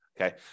Okay